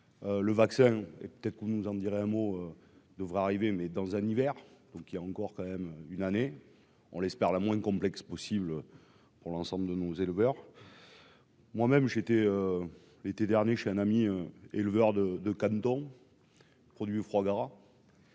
un mot devrait arriver, mais dans un hiver, donc il y a encore quand même une année, on l'espère la moins complexe possible pour l'ensemble de nos éleveurs, moi même j'ai été l'été dernier chez un ami, éleveur de de canetons produit froid gras.